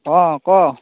অ ক'